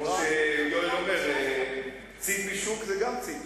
כמו שיואל אומר, ציפי-שוק זה גם ציפי-שוק.